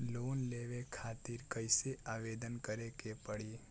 Loan लेवे खातिर कइसे आवेदन करें के पड़ी?